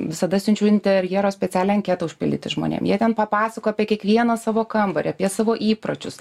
visada siunčiu interjero specialią anketą užpildyti žmonėm jie ten papasakoja apie kiekvieną savo kambarį apie savo įpročius